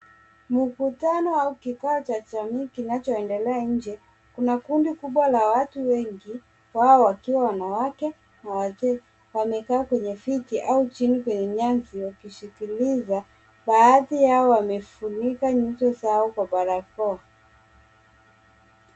Mkutano au kikao cha jamii kinachoendelea nje. Kuna kundi kubwa la watu wengi; wao wakiwa wanawake na wazee, wamekaa kwenye kiti au chini kwenye nyasi wakisikiliza. Baadhi yao wamefunika nyuso zao kwa barakoa.